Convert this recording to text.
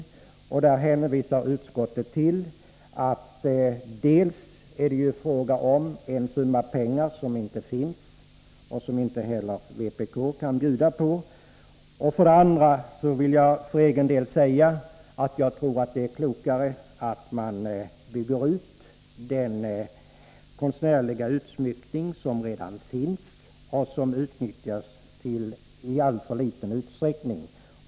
På den punkten hänvisar utskottet till att det är fråga om en summa pengar som inte finns och som inte heller vpk kan bjuda på. Dessutom vill jag för egen del säga att jag tror att det är klokare att bygga ut det som redan finns i fråga om konstnärlig utsmyckning. Dessa medel utnyttjas i alltför liten utsträckning.